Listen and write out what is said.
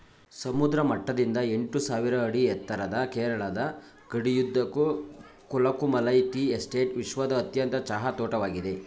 ಸಮುದ್ರ ಮಟ್ಟದಿಂದ ಎಂಟುಸಾವಿರ ಅಡಿ ಎತ್ತರದ ಕೇರಳದ ಗಡಿಯುದ್ದಕ್ಕೂ ಕೊಲುಕುಮಾಲೈ ಟೀ ಎಸ್ಟೇಟ್ ವಿಶ್ವದ ಅತ್ಯಧಿಕ ಚಹಾ ತೋಟವಾಗಿದೆ